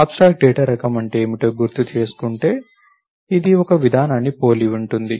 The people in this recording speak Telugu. అబ్స్ట్రాక్ట్ డేటా రకం అంటే ఏమిటో గుర్తు చేసుకుంటే ఇది ఒక విధానాన్ని పోలి ఉంటుంది